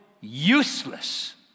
useless